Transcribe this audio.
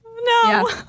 no